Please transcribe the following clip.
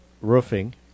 Roofing